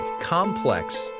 complex